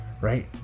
right